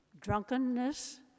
drunkenness